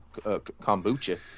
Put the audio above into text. kombucha